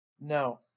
No